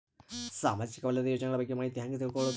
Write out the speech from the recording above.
ಸಾಮಾಜಿಕ ವಲಯದ ಯೋಜನೆಗಳ ಬಗ್ಗೆ ಮಾಹಿತಿ ಹ್ಯಾಂಗ ತಿಳ್ಕೊಳ್ಳುದು?